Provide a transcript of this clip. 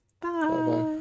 bye